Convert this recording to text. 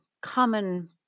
common